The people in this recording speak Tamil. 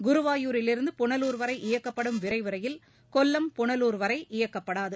குருவாயூரிலிருந்து புனலூர் வரை இயக்கப்படும் விரைவு ரயில் கொல்லம் புனலூர் வரை இயக்கப்படாது